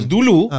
Dulu